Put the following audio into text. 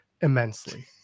immensely